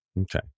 Okay